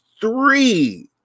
three